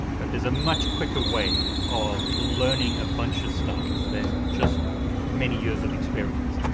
but there's a much quicker way of learning a bunch of stuff than just many years of experience.